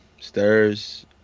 Stairs